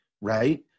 right